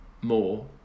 more